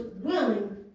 willing